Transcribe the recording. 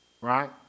Right